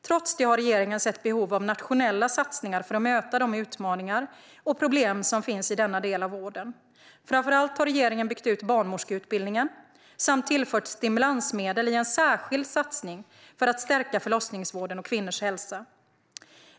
Trots det har regeringen sett behov av nationella satsningar för att möta de utmaningar och problem som finns i denna del av vården. Framför allt har regeringen byggt ut barnmorskeutbildningen samt tillfört stimulansmedel i en särskild satsning för att stärka förlossningsvården och kvinnors hälsa.